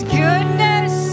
goodness